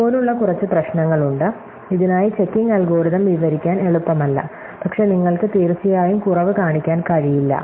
ഇതുപോലുള്ള കുറച്ച് പ്രശ്നങ്ങളുണ്ട് ഇതിനായി ചെക്കിംഗ് അൽഗോരിതം വിവരിക്കാൻ എളുപ്പമല്ല പക്ഷേ നിങ്ങൾക്ക് തീർച്ചയായും കുറവ് കാണിക്കാൻ കഴിയില്ല